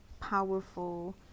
powerful